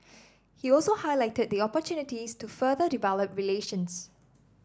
he also highlighted the opportunities to further develop relations